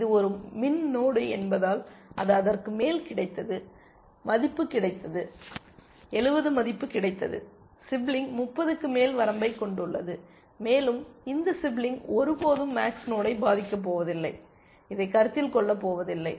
இது ஒரு மின் நோடு என்பதால் அது அதற்கு மேல் கிடைத்தது மதிப்பு கிடைத்தது 70 மதிப்பு கிடைத்தது சிப்லிங் 30க்கு மேல் வரம்பைக் கொண்டுள்ளது மேலும் இந்த சிப்லிங் ஒருபோதும் மேக்ஸ் நோடை பாதிக்கப் போவதில்லைஇதை கருத்தில் கொள்ளப் போவதில்லை